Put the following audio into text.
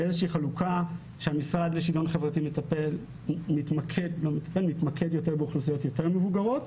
בחלוקה הזאת המשרד לשוויון חברתי יתמקד יותר באוכלוסיות יותר מבוגרות,